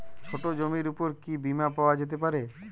ছোট জমির উপর কি বীমা পাওয়া যেতে পারে?